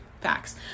facts